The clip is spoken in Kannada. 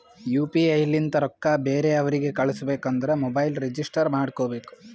ಯು ಪಿ ಐ ಲಿಂತ ರೊಕ್ಕಾ ಬೇರೆ ಅವ್ರಿಗ ಕಳುಸ್ಬೇಕ್ ಅಂದುರ್ ಮೊಬೈಲ್ ರಿಜಿಸ್ಟರ್ ಮಾಡ್ಕೋಬೇಕ್